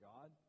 God